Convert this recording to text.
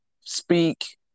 speak